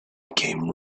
came